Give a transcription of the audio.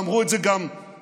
ואמרו את זה מדיסון,